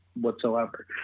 whatsoever